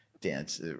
dance